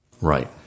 Right